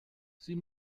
sie